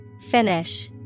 Finish